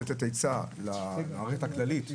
אני רוצה לתת עצה למערכת הכללית,